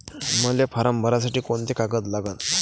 मले फारम भरासाठी कोंते कागद लागन?